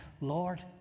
Lord